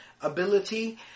ability